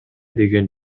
деген